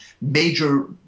major